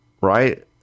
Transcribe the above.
right